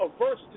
averse